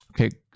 Okay